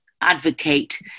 advocate